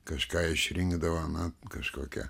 kažką išrinkdavo na kažkokia